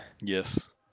yes